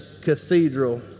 cathedral